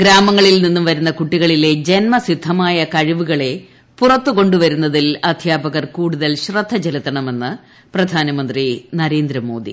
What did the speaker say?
ഗ്രാമങ്ങളിൽ നിന്നും വരുന്ന കുട്ടികളിലെ ജന്മസിദ്ധമായ കഴിവുകളെ പുറത്തുകൊണ്ടുവരുന്നതിൽ അധ്യാപകർ കൂടുതൽ ശ്രദ്ധ ചെലുത്തണമെന്ന് പ്രധ്ാന്റ്മിന്ത്രി നരേന്ദ്രമോദി